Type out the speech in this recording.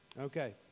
Okay